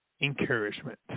Encouragement